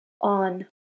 on